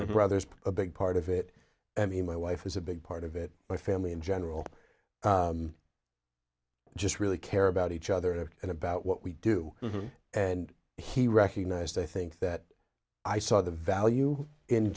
my brother is a big part of it i mean my wife is a big part of it my family in general just really care about each other and about what we do and he recognized i think that i saw the value in